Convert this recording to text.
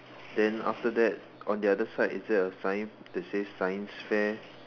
then after that on the other side is there a sign that says science fair